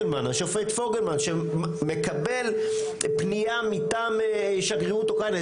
השופט פוגלמן שמקבל פנייה מטעם שגרירות אוקראינה,